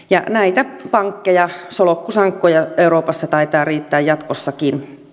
ja näitä pankkeja solkkusankkoja euroopassa taitaa riittää jatkossakin